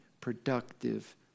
productive